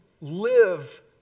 live